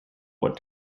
what